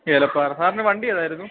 ഏലാ സാറിന് വണ്ടി ഏതായിരുന്നു